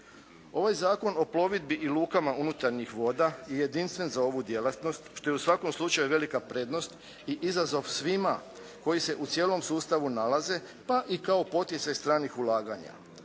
Ovaj Zakon o plovidbi i lukama unutarnjih voda je jedinstven za ovu djelatnost što je u svakom slučaju velika prednost i izazov svima koji se u cijelom sustavu nalaze pa i kao poticaj stranih ulaganja.